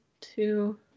two